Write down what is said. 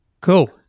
cool